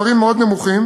המספרים מאוד נמוכים.